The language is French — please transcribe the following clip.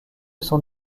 son